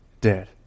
dead